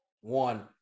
one